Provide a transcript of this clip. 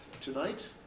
Tonight